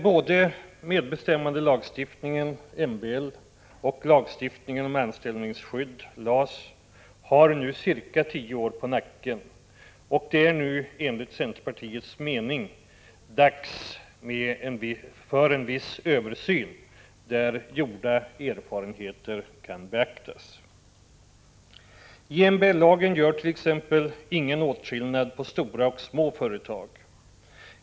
Både medbestämmandelagstiftningen och lagstiftningen om anställningsskydd har nu cirka tio år på nacken, och det är nu enligt centerpartiets mening dags för en viss översyn, där gjorda erfarenheter kan beaktas. I MBL görs t.ex. ingen åtskillnad mellan stora och små företag.